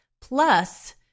plus